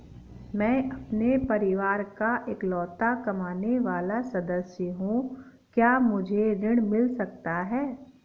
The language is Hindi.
मैं अपने परिवार का इकलौता कमाने वाला सदस्य हूँ क्या मुझे ऋण मिल सकता है?